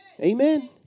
Amen